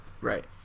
Right